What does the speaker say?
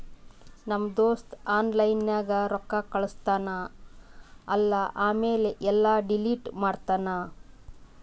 ನಮ್ ದೋಸ್ತ ಆನ್ಲೈನ್ ನಾಗ್ ರೊಕ್ಕಾ ಕಳುಸ್ತಾನ್ ಅಲ್ಲಾ ಆಮ್ಯಾಲ ಎಲ್ಲಾ ಡಿಲೀಟ್ ಮಾಡ್ತಾನ್